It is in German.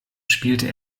spielte